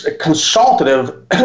consultative